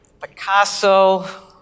Picasso